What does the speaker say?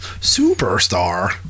Superstar